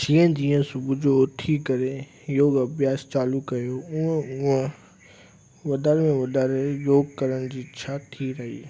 जीअं जीअं सुबुह जो उथी करे योगु अभ्यास चालू कयो हुंअ हुंअ वधारे में वधारे योगु करण जी इछा थी रही